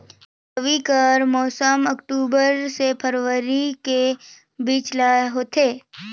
रबी कर मौसम अक्टूबर से फरवरी के बीच ल होथे